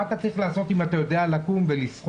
מה אתה צריך לעשות אם אתה יודע לקום ולשחות?